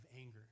anger